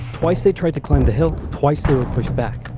twice they tried to climb the hill, twice they were pushed back.